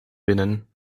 binnen